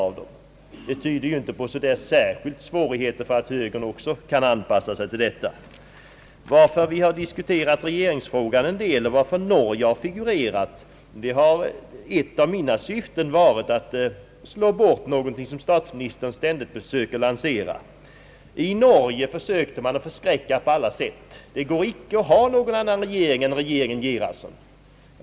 Det tyder ju inte på att högern skulle ha särskilt stora svårigheter att anpassa sig. Anledningen till att Norge har figurerat i debatten om regeringsfrågan är att ett av mina syften varit att slå bort den uppfattning som statsministern ständigt försökt lansera. I Norge försökte man att förskräcka väljarna på alla sätt — det går inte att ha någon annan regering än regeringen Gerhardsen, sade man.